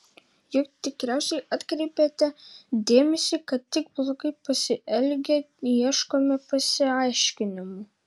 juk tikriausiai atkreipėte dėmesį kad tik blogai pasielgę ieškome pasiaiškinimų